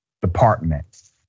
department